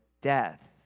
death